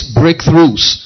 breakthroughs